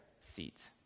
seat